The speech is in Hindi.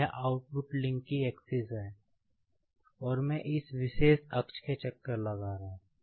यह आउटपुट लिंक की एक्सिस है और मैं इस विशेष अक्ष के चक्कर लगा रहा हूं